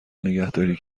نگهداری